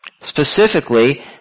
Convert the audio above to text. Specifically